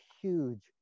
huge